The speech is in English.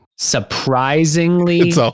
surprisingly